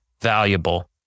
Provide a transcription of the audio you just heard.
valuable